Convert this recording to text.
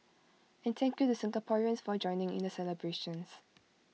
and thank you to Singaporeans for joining in the celebrations